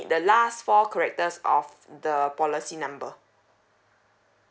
the last four characters of the policy number